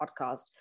podcast